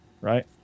right